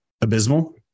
abysmal